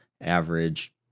average